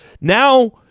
Now